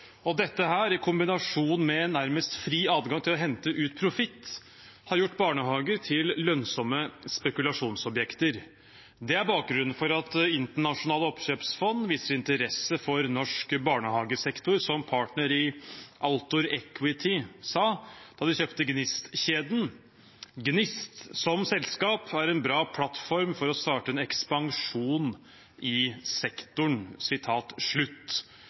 år. Dette, i kombinasjon med nærmest fri adgang til å hente ut profitt, har gjort barnehager til lønnsomme spekulasjonsobjekter. Det er bakgrunnen for at internasjonale oppkjøpsfond viser interesse for norsk barnehagesektor. Som en partner i Altor Equity sa da de kjøpte Gnist-kjeden: «Gnist som selskap er en bra plattform for å starte en ekspansjon i sektoren.»